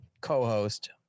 co-host